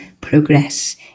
progress